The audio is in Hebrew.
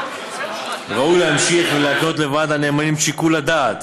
ראוי להמשיך ולהקנות לוועד הנאמנים את שיקול הדעת